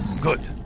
Good